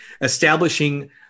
establishing